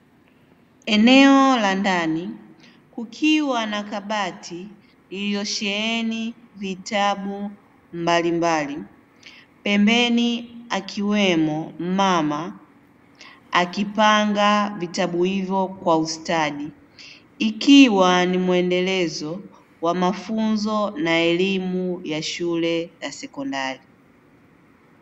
Eneo la ndani kukiwa na kabati iliyosheheni vitabu mbalimbali, pembeni akiwemo mama akipanga vitabu hivyo kwa ustadi, ikiwa ni mwendelezo wa mafunzo na elimu ya shule ya sekondari.